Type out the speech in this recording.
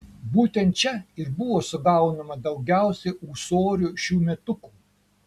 būtent čia ir buvo sugaunama daugiausiai ūsorių šiųmetukų